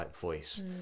voice